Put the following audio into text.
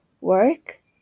work